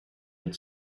had